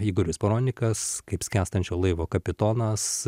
igoris paronikas kaip skęstančio laivo kapitonas